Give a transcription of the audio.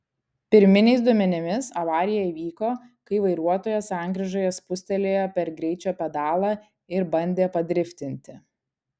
pirminiais duomenimis avarija įvyko kai vairuotojas sankryžoje spustelėjo per greičio pedalą ir bandė padriftinti